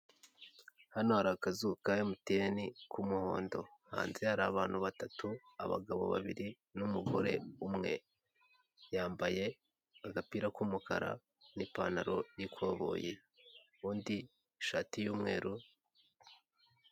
Hano hari akazu ka emutiyeni k'umuhondo. Hanze hari abantu batatu, abagabo babiri, n'umugore umwe. Yambaye agapira k'umukara n'ipantaro y'ikoboyi, ubundi ishati y'umweru.